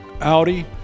Audi